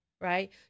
right